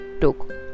took